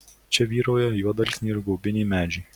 čia vyrauja juodalksniai ir guobiniai medžiai